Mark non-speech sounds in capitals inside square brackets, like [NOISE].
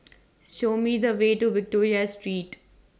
[NOISE] Show Me The Way to Victoria Street